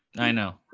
i know.